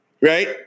Right